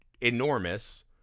enormous